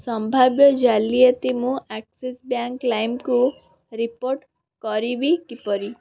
ସମ୍ଭାବ୍ୟ ଜାଲିଆତି ମୁଁ ଆକ୍ସିସ୍ ବ୍ୟାଙ୍କ୍ ଲାଇମ୍କୁ ରିପୋର୍ଟ କରିବି କିପରି